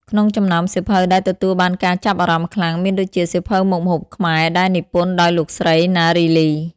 ក្នុងចំណោមសៀវភៅដែលទទួលបានការចាប់អារម្មណ៍ខ្លាំង មានដូចជា សៀវភៅមុខម្ហូបខ្មែរ ដែលនិពន្ធដោយលោកស្រី ណារី លី។